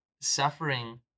suffering